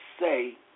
say